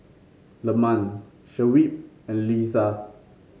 Leman Shuib and Lisa